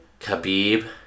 Khabib